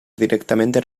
directamente